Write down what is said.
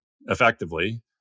effectively